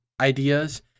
ideas